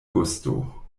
gusto